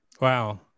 Wow